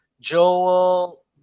Joel